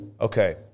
okay